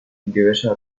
diversas